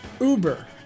Uber